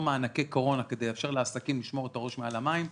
מענקי קורונה כדי לאפשר לעסקים לשמור את הראש מעל המים,